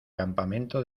campamento